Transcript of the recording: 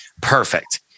perfect